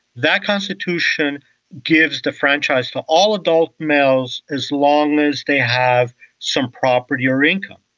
that constitution gives the franchise to all adult males as long as they have some property or income.